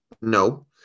no